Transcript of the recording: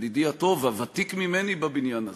ידידי הטוב והוותיק ממני בבניין הזה,